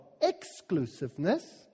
exclusiveness